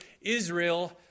Israel